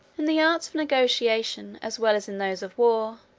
in the arts of negotiation, as well as in those of war,